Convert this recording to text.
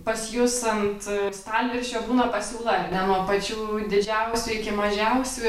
pas jus ant stalviršio būna pasiūla ar ne nuo pačių didžiausių iki mažiausių